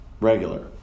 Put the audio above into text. regular